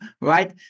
right